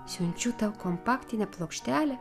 siunčiu tau kompaktinę plokštelę